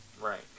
Right